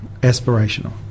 aspirational